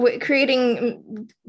creating